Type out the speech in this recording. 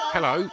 Hello